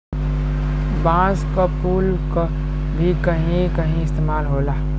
बांस क फुल क भी कहीं कहीं इस्तेमाल होला